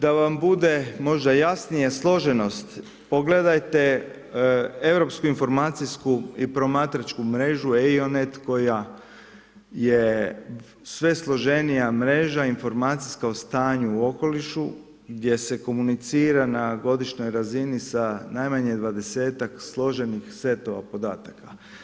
Da vam bude možda jasnije složenost, pogledajte europsku informacijsku i promatračku mrežu, … koja je sve složenija mreža, informacijska u stanju okolišu, gdje se komunicira na godišnjoj razini sa najmanje 20-tak složenih setova podataka.